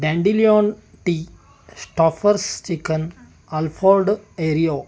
dandelion tea Stouffer's chicken alfredo एरिओ